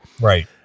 Right